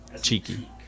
cheeky